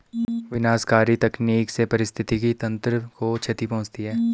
विनाशकारी तकनीक से पारिस्थितिकी तंत्र को क्षति पहुँचती है